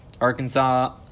Arkansas